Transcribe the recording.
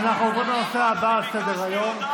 אנחנו עוברים לנושא הבא על סדר-היום.